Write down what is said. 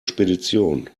spedition